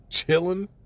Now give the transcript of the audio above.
Chilling